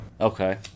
Okay